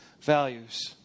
values